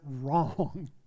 wrong